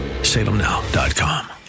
Salemnow.com